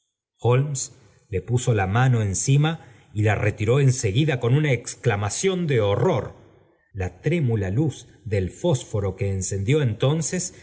le puso la mano encima y la retiró en seguida con una exclamación de horror la trémula luz del fósforo que encendió entonces